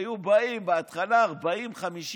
היו באים בהתחלה 50-40,